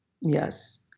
Yes